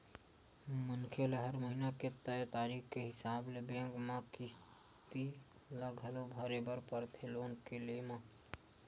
मनखे ल हर महिना के तय तारीख के हिसाब ले बेंक म किस्ती ल घलो भरे बर परथे लोन के लेय म